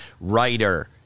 writer